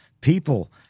people